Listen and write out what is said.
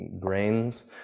grains